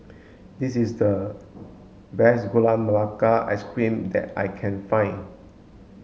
this is the best gula melaka ice cream that I can find